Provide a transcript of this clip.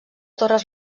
torres